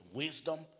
wisdom